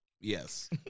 Yes